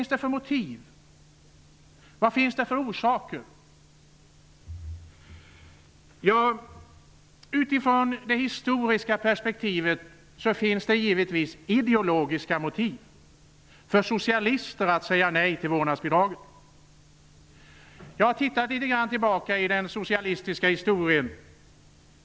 Sett utifrån det historiska perspektivet finns det givetvis ideologiska motiv för socialister att säga nej till vårdnadsbidraget. Jag har tittat tillbaka litet grand i den socialistiska historien.